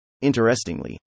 Interestingly